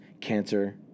cancer